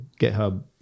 GitHub